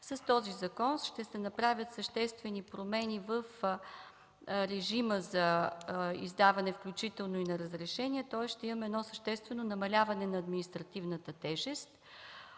С този закон ще се направят съществени промени в режима за издаване включително и на разрешения, тоест ще имаме съществено намаляване на административната тежест.